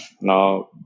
now